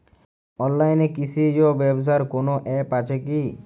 অনলাইনে কৃষিজ ব্যবসার কোন আ্যপ আছে কি?